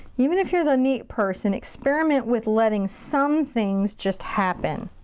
even if you're the neat person, experiment with letting some things just happen.